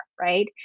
right